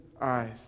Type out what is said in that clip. eyes